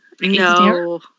No